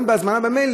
גם בהזמנה במייל,